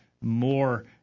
more